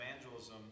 Evangelism